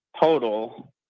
total